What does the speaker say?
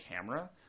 camera